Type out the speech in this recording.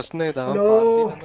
no ah no